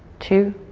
two,